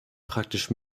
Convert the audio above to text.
praktisch